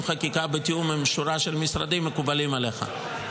חקיקה בתיאום עם שורה של משרדים מקובלים עליך?